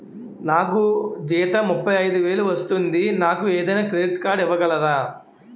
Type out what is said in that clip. నాకు జీతం ముప్పై ఐదు వేలు వస్తుంది నాకు ఏదైనా క్రెడిట్ కార్డ్ ఇవ్వగలరా?